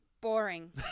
boring